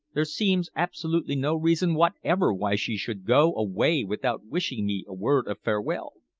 there seems absolutely no reason whatever why she should go away without wishing me a word of farewell.